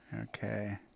okay